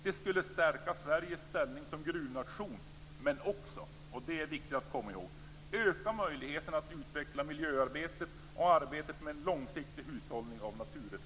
Det skulle stärka Sveriges ställning som gruvnation men också - det är viktigt att komma ihåg - öka möjligheterna att utveckla miljöarbetet och arbetet med en långsiktig hushållning med naturresurserna.